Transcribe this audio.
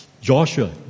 Joshua